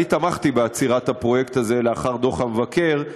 אני תמכתי בעצירת הפרויקט הזה לאחר דוח המבקר,